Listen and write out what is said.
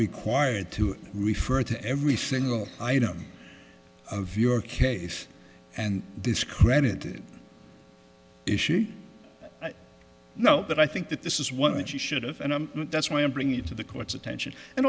required to refer to every single item of your case and discredited issue you know that i think that this is one that she should have and that's why i'm bringing it to the court's attention and